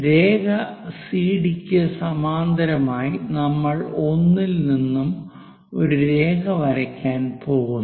രേഖ CD ക്ക് സമാന്തരമായി നമ്മൾ 1 ഇൽ നിന്നും ഒരു രേഖ വരയ്ക്കാൻ പോകുന്നു